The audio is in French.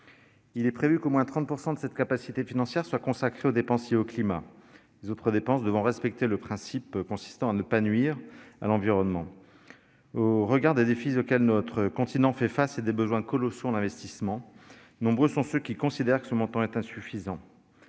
Il est prévu qu'au moins 30 % de cette capacité financière soit consacrée aux dépenses liées au climat, les autres dépenses devant respecter le principe consistant à ne pas nuire à l'environnement. Au regard des défis auxquels notre continent fait face et des besoins colossaux en l'investissement, nombreux sont ceux qui considèrent que ce montant est insuffisant.